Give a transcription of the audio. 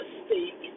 speak